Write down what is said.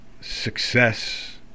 success